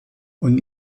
und